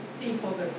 people